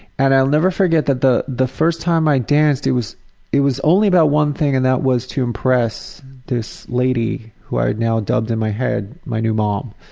and i'll never forget that the the first time i danced, it was it was only about one thing, and that was to impress this lady who i had now dubbed in my head my new mom.